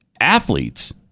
athletes